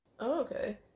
okay